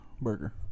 burger